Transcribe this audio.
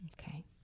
Okay